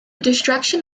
destruction